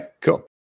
cool